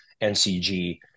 NCG